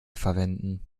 verwenden